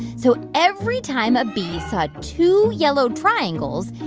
so every time a bee saw two yellow triangles,